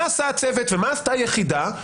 מה עשה הצוות ומה עשתה היחידה?